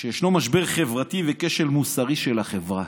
שישנו משבר חברתי וכשל מוסרי של החברה.